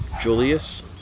Julius